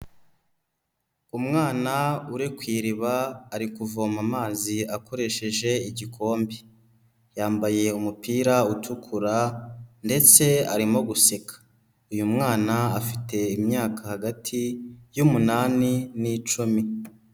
Umwana uri ku iriba, ari kuvoma amazi akoresheje igikombe, yambaye umupira utukura ndetse arimo guseka. Uyu mwana afite imyaka hagati y'umunani n'icumi.